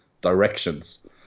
directions